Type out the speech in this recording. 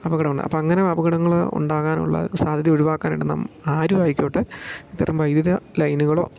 അപകടം ഉണ്ട് അപ്പം അങ്ങനെ അപകടങ്ങൾ ഉണ്ടാകാനുള്ള സാധ്യത ഒഴിവാക്കാനായിട്ട് നാം ആരുമായിക്കോട്ടെ ഇത്തരം വൈദ്യുത ലൈനുകളോ